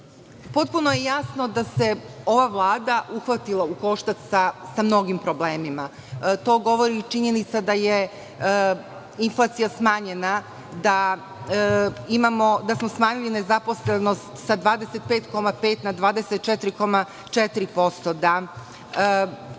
je jasno da se ova Vlada uhvatila u koštac sa mnogim problemima. To govori činjenica da je inflacija smanjena, da smo smanjili zaposlenost sa 25,5 na 24,4%,